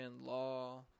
Law